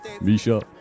Misha